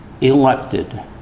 elected